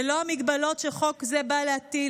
ללא המגבלות שחוק זה בא להטיל,